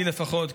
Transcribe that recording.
לי לפחות,